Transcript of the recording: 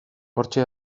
hortxe